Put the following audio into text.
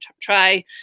try